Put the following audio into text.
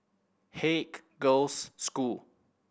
Haig Girls' School